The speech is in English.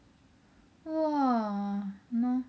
!wah! !hannor!